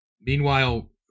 Meanwhile